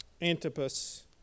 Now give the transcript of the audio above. Antipas